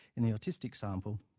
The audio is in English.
in the autistic sample,